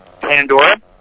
Pandora